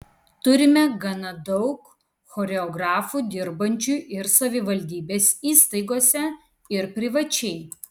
turime gana daug choreografų dirbančių ir savivaldybės įstaigose ir privačiai